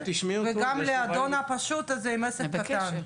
וגם לאדון הפשוט הזה עם העסק הקטן.